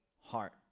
heart